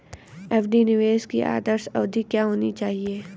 FD निवेश की आदर्श अवधि क्या होनी चाहिए?